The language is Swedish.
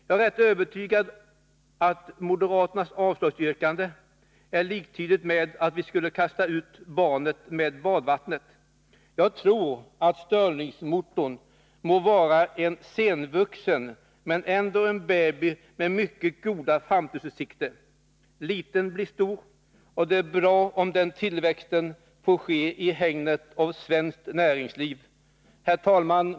Jag är rätt övertygad om att moderaternas avslagsyrkande är liktydigt med att vi skulle kasta ut barnet med badvattnet. Jag tror att stirlingmotorn — må vara senvuxen — ändå är en baby med mycket goda framtidsutsikter. Liten blir stor. Det är bra om tillväxten får ske i hägnet av svenskt näringsliv. Herr talman!